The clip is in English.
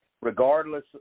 regardless